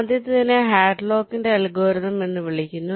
ആദ്യത്തേതിനെ ഹാഡ്ലോക്കിന്റെ അൽഗോരിതംHadlock's algorithm എന്ന് വിളിക്കുന്നു